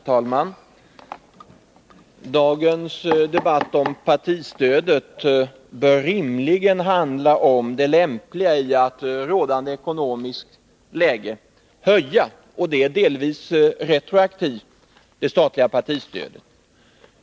Herr talman! Dagens debatt om partistödet bör rimligen handla om det lämpliga i att i rådande ekonomiska läge höja, och det delvis retroaktivt, det statliga partistödet.